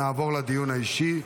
נעבור לדיון האישי.